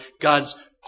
God's